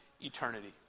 eternity